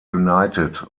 united